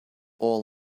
all